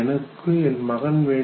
எனக்கு என் மகன் வேண்டும்